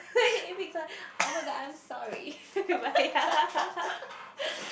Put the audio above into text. oh-my-god I'm sorry but ya